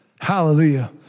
Hallelujah